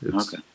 Okay